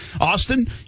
Austin